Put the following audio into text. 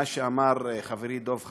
מה שאמר חברי דב חנין,